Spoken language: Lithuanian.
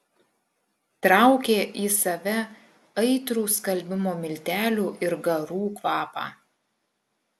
traukė į save aitrų skalbimo miltelių ir garų kvapą